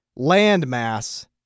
landmass